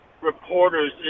reporters